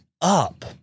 up